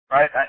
Right